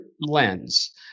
lens